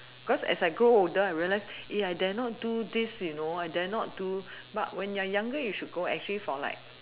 because as I grow older I realize I dare not do this you know I dare not do but when you are younger you should for actually like